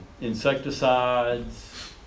insecticides